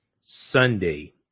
Sunday